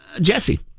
Jesse